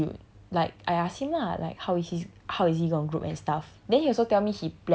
so got this dude like I ask him lah like how is his how is he gonna group and stuff